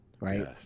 right